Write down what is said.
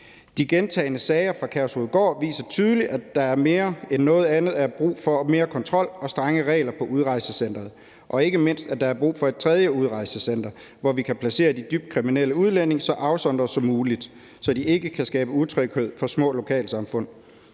De gentagne sager fra Kærshovedgård viser tydeligt, at der mere end noget andet er brug for mere kontrol og strenge regler på udrejsecenteret, og ikke mindst, at der er brug for et tredje udrejsecenter, hvor vi kan placere de dybt kriminelle udlændinge så afsondret som muligt, så de ikke kan skabe utryghed for små lokalsamfund.